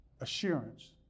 assurance